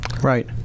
right